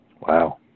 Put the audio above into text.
Wow